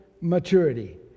maturity